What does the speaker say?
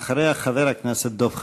ואחריה, חבר הכנסת דב חנין.